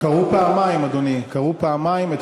קראו פעמיים, אדוני, קראו פעמיים.